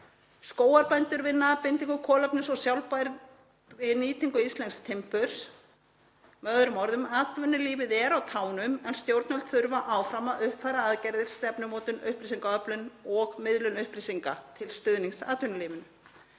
Skógarbændur vinna að bindingu kolefnis og sjálfbærri nýtingu íslensks timburs. Með öðrum orðum, atvinnulífið er á tánum en stjórnvöld þurfa áfram að uppfæra aðgerðir, stefnumótun, upplýsingaöflun og miðlun upplýsinga til stuðnings atvinnulífinu.